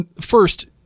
First